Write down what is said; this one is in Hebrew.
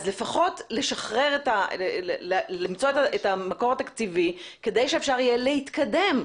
אז לפחות למצוא את המקור התקציבי כדי שאפשר יהיה להתקדם.